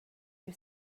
you